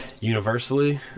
universally